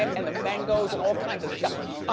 and the mangoes and all kinds of stuff,